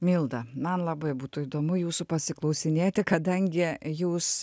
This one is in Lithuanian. milda man labai būtų įdomu jūsų pasiklausinėti kadangi jūs